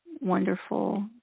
wonderful